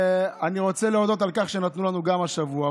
אני רוצה להודות על כך שהם נתנו לנו גב השבוע.